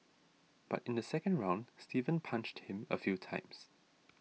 but in the second round Steven punched him a few times